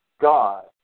God